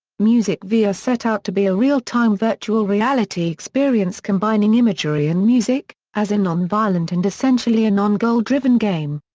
musicvr set out to be a real-time virtual reality experience combining imagery and music, as a non-violent and essentially a non-goal driven game.